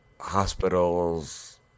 Hospitals